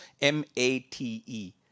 M-A-T-E